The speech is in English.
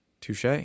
Touche